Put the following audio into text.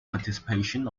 participation